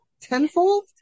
tenfold